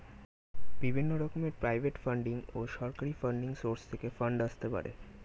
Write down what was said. বিভিন্ন রকমের private funding ও সরকারি ফান্ডিং সোর্স থেকে ফান্ড আসতে পারে